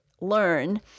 learn